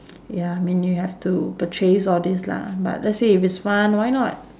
ya I mean you have to purchase all these lah but let's say if it's fun why not